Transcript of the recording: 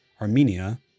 Armenia